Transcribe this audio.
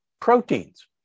proteins